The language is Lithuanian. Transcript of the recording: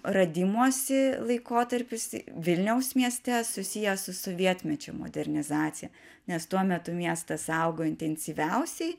radimosi laikotarpis vilniaus mieste susijęs su sovietmečiu modernizacija nes tuo metu miestas augo intensyviausiai